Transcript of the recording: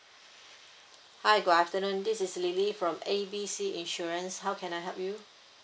hi good afternoon this is lily from A B C insurance how can I help you